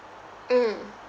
mm